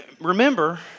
remember